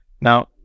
Now